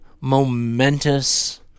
momentous